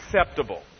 acceptable